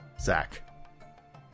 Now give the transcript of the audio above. Zach